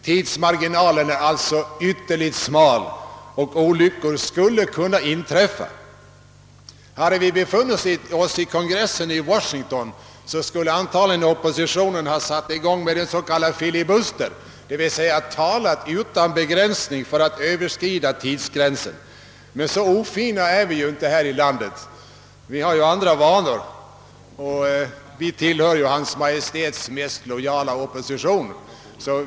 Tidsmarginalen är alltså ytterligt smal, och olyckor skulle kunna inträffa. Om vi hade befunnit oss i kongressen i Washington, skulle oppositionen antagligen ha satt i gång en s.k. filibuster, d.v.s. talat utan begränsning för att därigenom överskrida tidsgränsen. Så ofina är vi dock inte här i landet. Vi har andra vanor och tillhör hans majestäts mest lojala opposition.